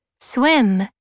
swim